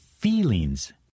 Feelings